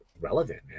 relevant